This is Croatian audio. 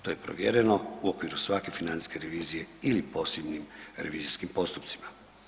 To je provjereno u okviru svake financijske revizije ili posebnim revizijskim postupcima.